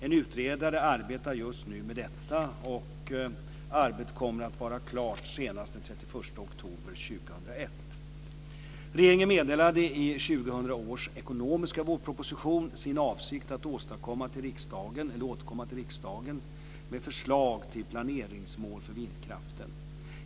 En utredare arbetar just nu med detta , och arbetet kommer att vara klart senast den 31 oktober 2001. Regeringen meddelade i 2000 års ekonomiska vårproposition sin avsikt att återkomma till riksdagen med förslag till planeringsmål för vindkraften.